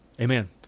Amen